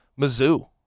Mizzou